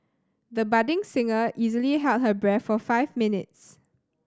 the budding singer easily held her breath for five minutes